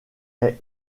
est